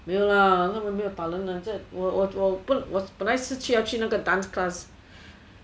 没有啦他们没有打人我本来是要去那个 dance class